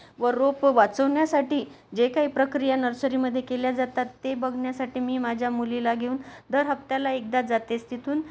व रोप वाचवण्यासाठी जे काय प्रक्रिया नर्सरीमध्ये केल्या जातात ते बघण्यासाठी मी माझ्या मुलीला घेऊन दर हप्त्याला एकदा जातेच तिथून